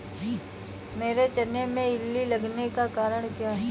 मेरे चने में इल्ली लगने का कारण क्या है?